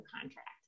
contract